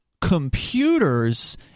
computers